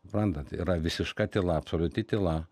suprantat yra visiška tyla absoliuti tyla